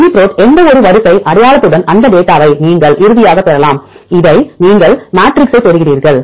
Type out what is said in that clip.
UniProt எந்தவொரு வரிசை அடையாளத்துடனும் அந்த டேட்டாவை நீங்கள் இறுதியாகப் பெறலாம் இதை நீங்கள் மேட்ரிக்ஸைப் பெறுகிறீர்கள்